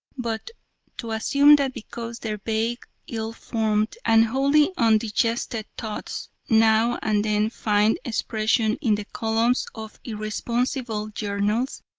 but to assume that because their vague, ill-formed, and wholly undigested thoughts now and then find expression in the columns of irresponsible journals,